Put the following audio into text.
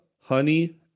honey